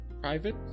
private